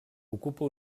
ocupa